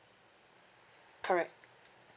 correct